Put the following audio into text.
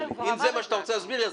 אם זה מה שאתה רוצה להסביר לי,